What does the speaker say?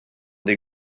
des